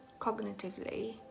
cognitively